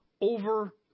over